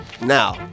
Now